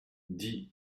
dix